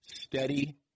steady